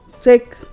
take